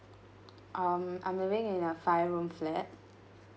um I'm living in a five room flat